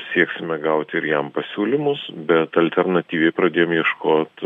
sieksime gauti ir jam pasiūlymus bet alternatyviai pradėjom ieškot